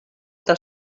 del